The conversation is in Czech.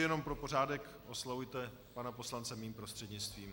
Jenom pro pořádek, oslovujte pana poslance mým prostřednictvím.